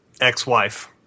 ex-wife